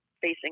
facing